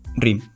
dream